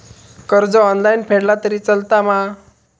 कर्ज ऑनलाइन फेडला तरी चलता मा?